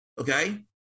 Okay